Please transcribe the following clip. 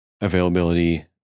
availability